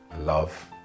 Love